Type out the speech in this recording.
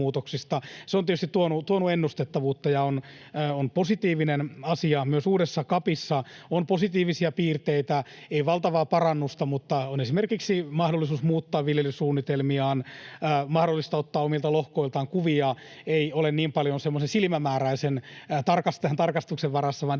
Se on tietysti tuonut ennustettavuutta ja on positiivinen asia. Myös uudessa CAPissa on positiivisia piirteitä, ei valtavaa parannusta, mutta on esimerkiksi mahdollisuus muuttaa viljelyssuunnitelmiaan, mahdollista ottaa omilta lohkoiltaan kuvia, tarkastus ei ole niin paljon semmoisen silmämääräisen tarkastajan varassa vaan digitaalisuutta